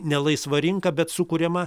ne laisva rinka bet sukuriama